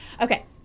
Okay